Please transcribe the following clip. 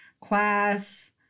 class